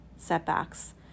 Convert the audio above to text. setbacks